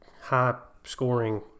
high-scoring